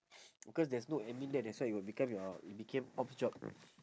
because there's no admin there that's why it will become your it became ops job